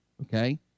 okay